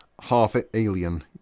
half-alien